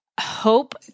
hope